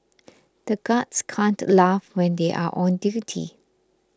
the guards can't laugh when they are on duty